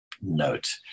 note